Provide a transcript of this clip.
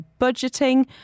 budgeting